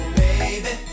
baby